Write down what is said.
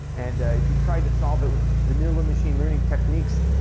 and if you tried to solve it with vanilla machine learning techniques,